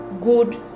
good